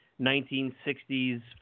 1960s